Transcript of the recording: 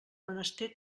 menester